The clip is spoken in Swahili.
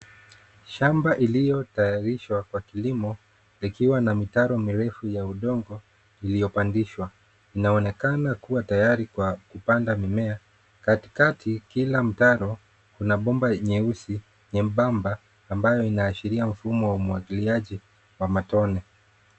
Shamba iliyotayalishwa kwa kilimo zikiwa na mitaro mirefu ya udongo iliyopandishwa. Inaonekana kuwa tayari kwa kupanda mimea. Katikati kila mtaro una bomba nyeusi nyembamba ambayo inaashiria mfumo wa umwagiliaji wa matone.